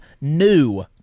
new